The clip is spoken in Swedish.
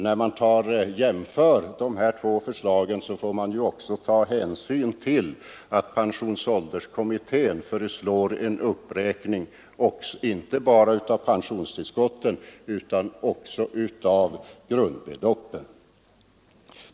När man jämför dessa båda förslag får man också ta hänsyn till att pensionsålderskommittén föreslår en uppräkning inte bara av pensionstillskotten utan också av grundbeloppen.